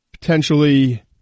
potentially